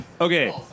Okay